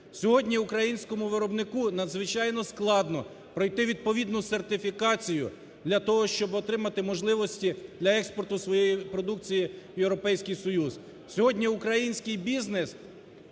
Сьогодні українському виробнику надзвичайно складно пройти відповідну сертифікацію для того, щоб отримати можливості для експорту своєї продукції в Європейський Союз. Сьогодні український бізнес,